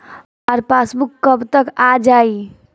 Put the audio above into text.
हमार पासबूक कब तक आ जाई?